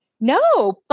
No